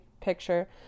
picture